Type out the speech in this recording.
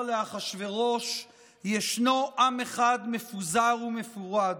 לאחשוורוש: "ישנו עם אחד מפוזר ומפורד".